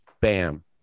Bam